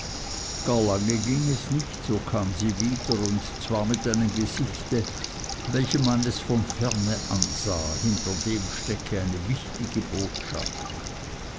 lange ging es nicht so kam sie wider und zwar mit einem gesicht welchem man es von ferne ansah hinter dem stecke eine wichtige botschaft